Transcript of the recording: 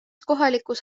kohalikus